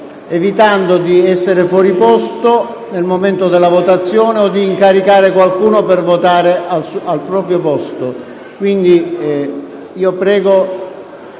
evitando di essere fuori posto nel momento della votazione o di incaricare qualcuno di votare al proprio posto. Prego